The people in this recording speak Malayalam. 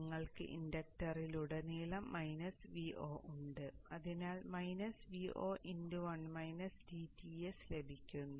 നിങ്ങൾക്ക് ഇൻഡക്ടറിലുടനീളം മൈനസ് Vo ഉണ്ട് അതിനാൽ Vo ലഭിക്കുന്നു